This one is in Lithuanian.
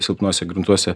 silpnuose gruntuose